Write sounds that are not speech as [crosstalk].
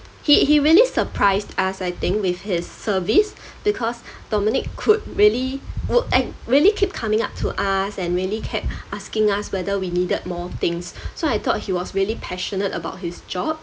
he he really surprised us I think with his service [breath] because [breath] dominic could really would ac~ really keep coming up to us and really kept [breath] asking us whether we needed more things [breath] so I thought he was really passionate about his job